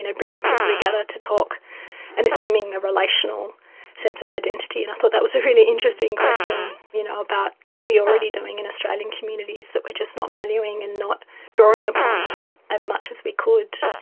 and bringing people together to talk and assuming the relational sense of identity. and thought that was a really interesting question you know about what are we already doing in australian communities that we are just not valuing and not drawing upon as much as we could.